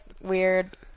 weird